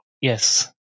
Yes